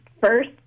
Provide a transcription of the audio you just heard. first